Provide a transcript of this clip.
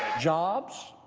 jobs.